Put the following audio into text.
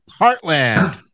Heartland